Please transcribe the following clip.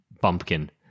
bumpkin